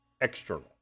external